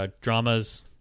dramas